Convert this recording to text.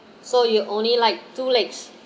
so you only like two legs